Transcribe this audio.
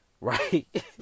right